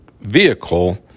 vehicle